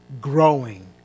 growing